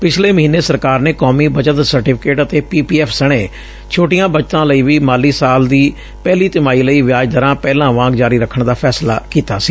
ਪਿਛਲੇ ਮਹੀਨੇ ਸਰਕਾਰ ਨੇ ਕੌਮੀ ਬੱਚਤ ਸਰਟੀਫੀਕੇਟ ਅਤੇ ਪੀ ਪੀ ਐਫ਼ ਸਣੇ ਛੋਟੀਆਂ ਬੱਚਤਾਂ ਲਈ ਵੀ ਮਾਲੀ ਸਾਲ ਦੀ ਪਹਿਲੀ ਤਿਮਾਹੀ ਲਈ ਵਿਆਜ ਦਰਾਂ ਪਹਿਲਾਂ ਵਾਗ ਜਾਰੀ ਰਖਣ ਦਾ ਫੈਸਲਾ ਕੀਤਾ ਸੀ